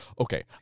Okay